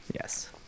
Yes